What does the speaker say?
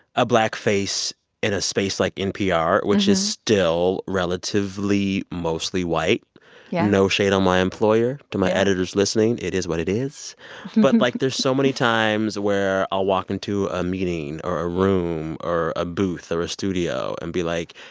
a black face in a space like npr, which which is still relatively mostly white yeah no shade on my employer. to my editors listening, it is what it is. but and like, there's so many times where i'll walk into a meeting or a room or a booth or a studio and be like,